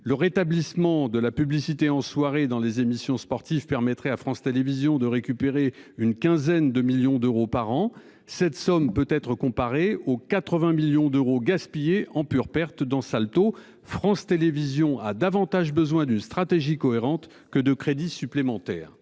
le rétablissement de la publicité en soirée dans les émissions sportives permettrait à France Télévisions de récupérer une quinzaine de millions d'euros par an. Cette somme peut être comparé aux 80 millions d'euros gaspillés en pure perte dans Salto, France Télévisions a davantage besoin d'une stratégie cohérente que de crédits supplémentaires.